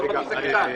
--- אז